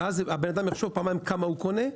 ואז הבן אדם יחשוב פעמיים כמה הוא קונה,